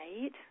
right